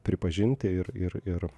pripažinti ir ir ir